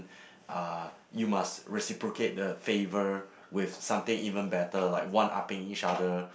uh you must reciprocate the favor with something even better like one upping each other